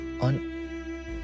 on